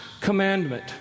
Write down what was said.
commandment